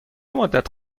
مدت